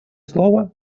слово